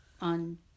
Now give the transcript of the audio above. on